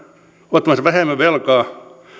ottavansa vähemmän velkaa